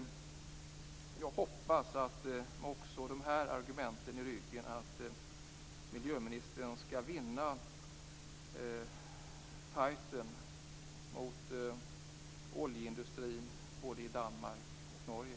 Jag hoppas att miljöministern med de här argumenten i ryggen skall vinna fighten mot oljeindustrin både i Danmark och i Norge.